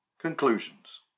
Conclusions